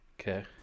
Okay